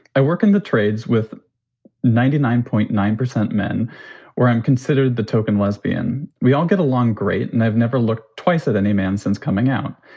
i work in the trades with ninety nine point nine percent men or i'm considered the token lesbian. we all get along great and i've never looked twice at any man since coming out.